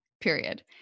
period